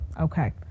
Okay